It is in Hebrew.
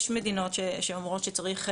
כי SDGs, כל הקטע איתו שזה תכלול אחד גדול.